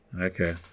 Okay